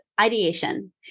ideation